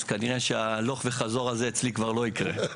אז כנראה שההלוך וחזור הזה אצלי כבר לא יקרה.